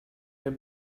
der